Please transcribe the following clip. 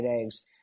eggs